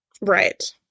Right